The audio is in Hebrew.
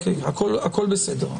הכול בסדר.